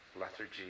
lethargy